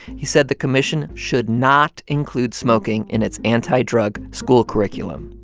he said the commission should not include smoking in its anti-drug school curriculum.